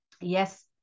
Yes